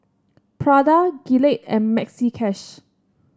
Prada Gillette and Maxi Cash